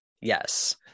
Yes